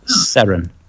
Seren